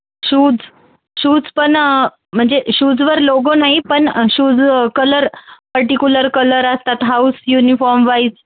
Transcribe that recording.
shoes shoes पण म्हणजे शूजवर लोगो नाही पण शूज कलर पर्टिक्युलर कलर असतात हाऊस युनिफॉर्म वाईज